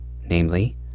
namely